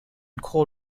coal